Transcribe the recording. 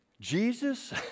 Jesus